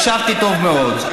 הקשבתי טוב מאוד.